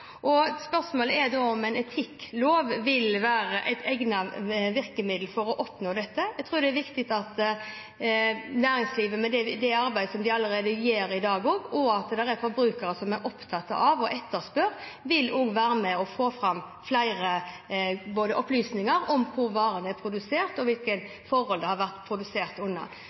komplisert. Spørsmålet er da om en etikklov vil være et egnet virkemiddel for å oppnå dette. Jeg tror det er viktig det arbeidet som næringslivet gjør allerede i dag, og at forbrukere er opptatt av å etterspørre. Det vil være med på å få fram flere opplysninger om hvor varene er produsert, og hvilke forhold de har blitt produsert